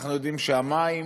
אנחנו יודעים שהמים,